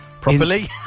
Properly